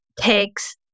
takes